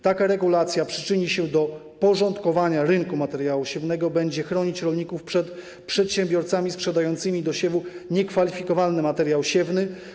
Taka regulacja przyczyni się do porządkowania rynku materiału siewnego, będzie chronić rolników przed przedsiębiorcami sprzedającymi do siewu niekwalifikowany materiał siewny.